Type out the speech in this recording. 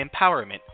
empowerment